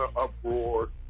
uproar